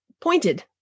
pointed